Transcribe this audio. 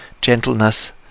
gentleness